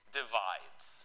divides